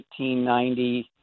1890